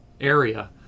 area